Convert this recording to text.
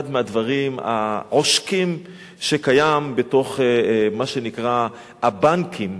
מהדברים העושקים שקיים בתוך מה שנקרא "הבנקים".